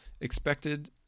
expected